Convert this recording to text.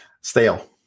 stale